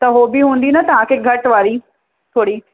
त हो बि हूंदी न तव्हांखे घटि वारी थोरी